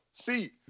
See